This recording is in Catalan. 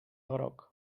groc